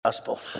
gospel